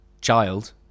child